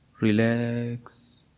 relax